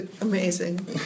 amazing